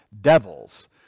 devils